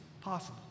possible